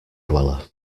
dweller